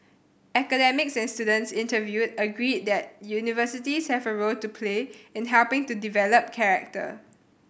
academics and students interviewed agreed that universities have a role to play in helping to develop character